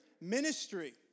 ministry